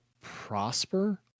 prosper